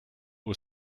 aux